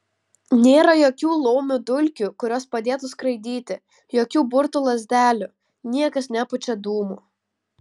nėra jokių laumių dulkių kurios padėtų skraidyti jokių burtų lazdelių niekas nepučia dūmų